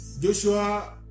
Joshua